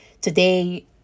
today